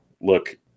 look